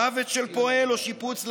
מוות של פועל או שיפוץ למנוף?